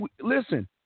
Listen